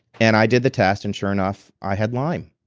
and i did the test and sure enough, i had lyme.